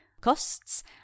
costs